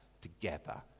together